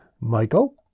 Michael